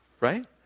right